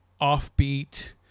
offbeat